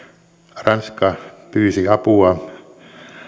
ranska pyysi apua